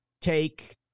take